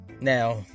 Now